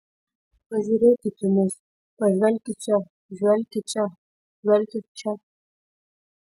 pažiūrėkit į mus pažvelkit čia žvelkit čia žvelkit čia